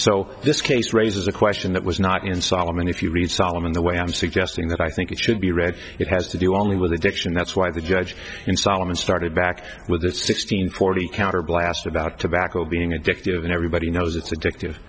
so this case raises a question that was not in solomon if you read solomon the way i'm suggesting that i think it should be read it has to do only with addiction that's why the judge in solomon started back with that sixteen forty counter blast about tobacco being addictive and everybody knows it's addictive